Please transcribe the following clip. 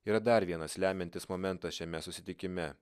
yra dar vienas lemiantis momentas šiame susitikime